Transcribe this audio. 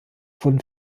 wurden